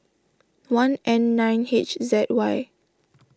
one N nine H Z Y